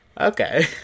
Okay